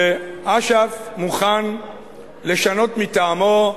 שאש"ף מוכן לשנות מטעמו,